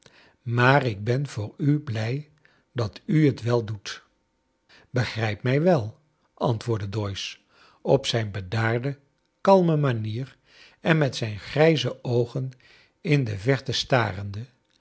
maar ik ben voor u blij dat u t wel doet begrijp mij wel antwoordde doyce op zijn bedaarde kalme rnanier en met zjjn grijze oogen in de verte starende